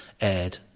aired